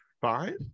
five